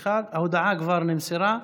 התשפ"א 2021. ההודעה כבר נמסרה.